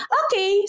okay